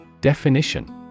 Definition